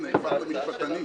זה אבסורד.